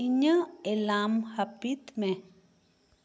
ᱤᱧᱟᱹᱜ ᱮᱞᱟᱢ ᱦᱟᱹᱯᱤᱛ ᱢᱮ